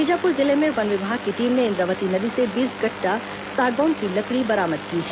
बीजापुर जिले में वन विभाग की टीम ने इंद्रावती नदी से बीस गट्टा सागौन की लकड़ी बरामद की है